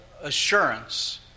assurance